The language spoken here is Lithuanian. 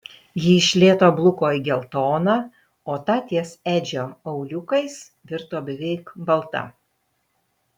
ji iš lėto bluko į geltoną o ta ties edžio auliukais virto beveik balta